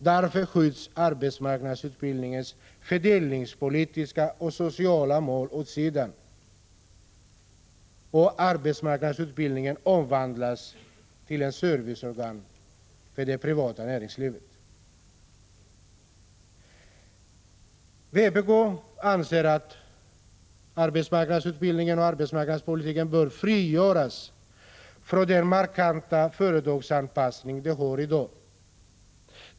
Därför skjuts arbetsmarknadsutbildningens fördelningspolitiska och sociala mål åt sidan och arbetsmarknadsutbildningen omvandlas till ett serviceorgan för det privata näringslivet. Vpk anser att AMU och arbetsmarknadspolitiken bör frigöras från den markanta företagsanpassning den har i dag.